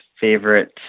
favorite